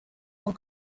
hong